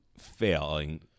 failing